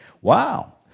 Wow